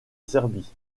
serbie